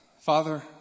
Father